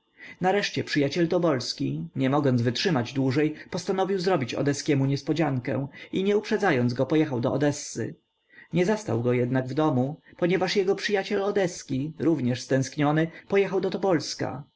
nareszcie przyjaciel tobolski nie mogąc wytrzymać dłużej postanowił zrobić odeskiemu niespodziankę i nie uprzedzając go pojechał do odesy nie zastał go jednak w domu ponieważ jego przyjaciel odeski również stęskniony pojechał do tobolska